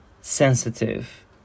sensitive